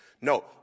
No